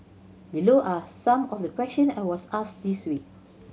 below are some of the question I was asked this week